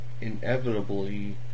inevitably